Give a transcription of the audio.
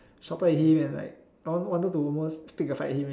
shorter than him and like I wanted to almost want to pick a fight with him